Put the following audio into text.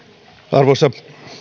arvoisa